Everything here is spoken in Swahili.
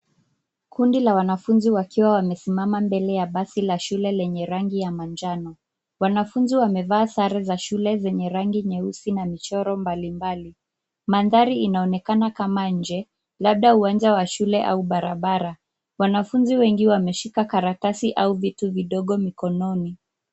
Kundi la wanafunzi wakiwa wamesimama karibu na basi la shule lenye rangi ya manjano. Wanfaunzi wamevaa sare za shule zenye rangi nyeusi na michoro mbalimbali. Mandhari inaonekana kama nje. Labda uwanja wa shule au barabara. Wanafunzi wengi wameshika karatasi au vitu vidogo mikononi.